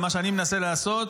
ומה שאני מנסה לעשות,